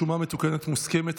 שומה מתוקנת מוסכמת),